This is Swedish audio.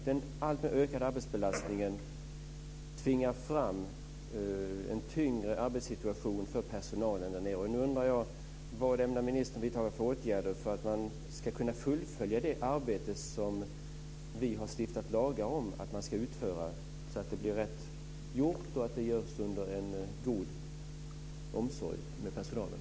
Den alltmer ökande arbetsbelastningen tvingar fram en tyngre arbetssituation för personalen.